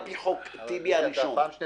על פי חוק טיבי הראשון.